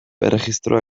erregistroa